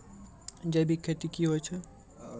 जैविक खेती की होय छै?